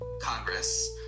Congress